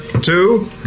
Two